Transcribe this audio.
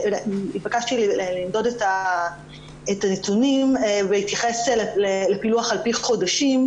התבקשתי למדוד את הנתונים בהתייחס לפילוח על פי חודשים,